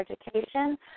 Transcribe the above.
education